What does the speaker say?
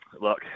look